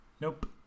Nope